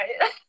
right